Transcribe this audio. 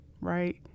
right